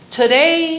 today